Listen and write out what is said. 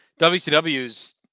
WCW's